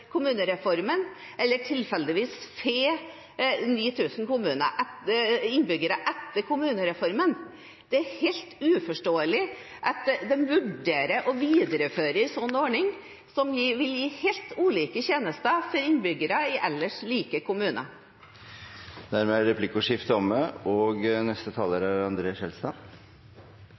kommunereformen og den andre tilfeldigvis får 9 000 innbyggere etter kommunereformen. Det er helt uforståelig at de vurderer en slik ordning, som vil gi helt ulike tjenester for innbyggere i ellers like kommuner. Replikkordskiftet er omme.